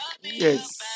Yes